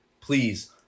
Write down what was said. Please